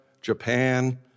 Japan